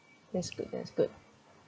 that's good that's good